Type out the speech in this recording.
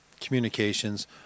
communications